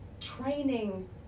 training